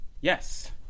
Yes